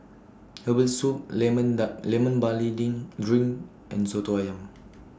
Herbal Soup Lemon Barley Ding Drink and Soto Ayam